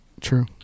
True